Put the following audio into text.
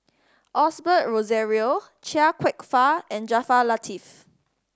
Osbert Rozario Chia Kwek Fah and Jaafar Latiff